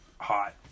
hot